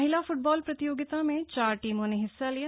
महिला फुटबॉल प्रतियोगिता में चार टीमों ने हिस्सा लिया